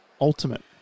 Ultimate